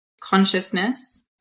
Consciousness